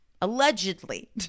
allegedly